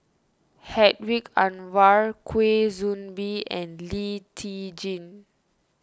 Hedwig Anuar Kwa Soon Bee and Lee Tjin